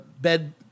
Bed